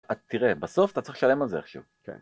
תראה, בסוף אתה צריך לשלם על זה איכשהו.